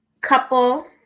couple